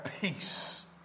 peace